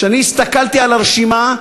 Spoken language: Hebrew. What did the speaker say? כשאני הסתכלתי על הרשימה,